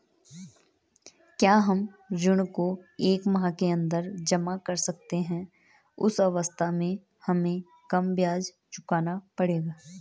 क्या हम ऋण को एक माह के अन्दर जमा कर सकते हैं उस अवस्था में हमें कम ब्याज चुकाना पड़ेगा?